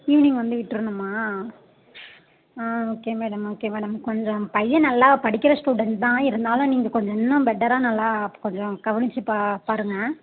evening வந்து விட்டுருணுமா ஆ ஓகே மேடம் ஓகே மேடம் கொஞ்சம் பையன் நல்லா படிக்கிற ஸ்டூடண்ட் தான் இருந்தாலும் நீங்கள் கொஞ்சம் இன்னும் பெட்டராக நல்லா கொஞ்சம் கவனித்து பா பாருங்க